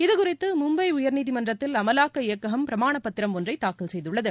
இதுகுறித்து மும்பை உயர்நீதிமன்றத்தில் அமலாக்க இயக்ககம் பிரமாண பத்திரம் ஒன்றை தாக்கல் செய்துள்ளது